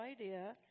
idea